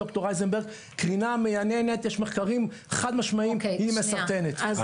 ד"ר אייזנברג על קרינה מייננת יש מחקרים חד משמעיים שהיא מסרטנת.